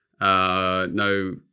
No